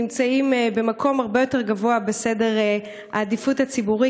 נמצאים במקום הרבה יותר גבוה בסדר העדיפות הציבורי,